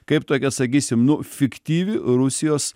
kaip tokia sakysim nu fiktyvi rusijos